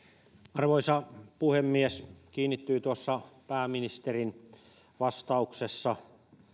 arvoisa puhemies kiinnittyy tuossa pääministerin vastauksessa